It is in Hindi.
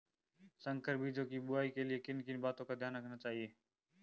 संकर बीजों की बुआई के लिए किन किन बातों का ध्यान रखना चाहिए?